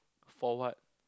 for what